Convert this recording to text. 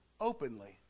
openly